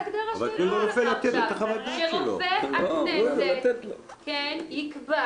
שרופא הכנסת יקבע